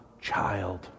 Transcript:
child